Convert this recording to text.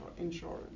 insurance